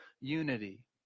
Unity